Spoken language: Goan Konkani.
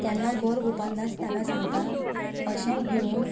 तेन्ना गौर गोपालदास ताका सांगता अशे भिवून